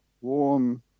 warm